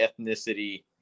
ethnicity